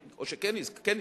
או שכן הזכרת, כן הזכרת,